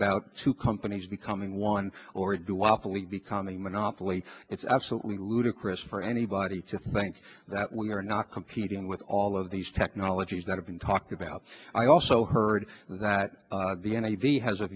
about two companies becoming one or two while police become a monopoly it's absolutely ludicrous for anybody to think that we are not competing with all of these technologies that have been talked about i also heard that the n a v has